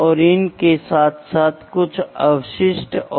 तो आप माप समझ चुके हैं